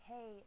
Hey